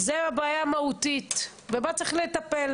זו הבעיה המהותית, ובה צריך לטפל.